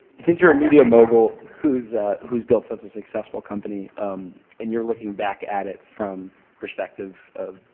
since you're a media mogul who's who's built such a successful company and you're looking back at it from perspective of,